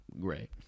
great